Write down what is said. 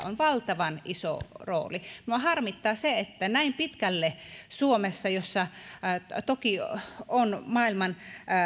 on valtavan iso rooli minua harmittaa se että näin pitkälle meillä suomessa jossa toki on maailman